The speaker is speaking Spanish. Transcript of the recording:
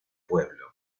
pueblo